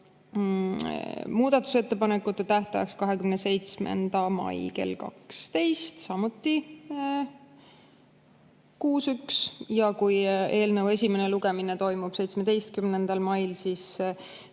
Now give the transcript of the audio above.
muudatusettepanekute tähtajaks 27. mai kell 12 (häältega 6 : 1), ja kui eelnõu esimene lugemine toimub 17. mail, siis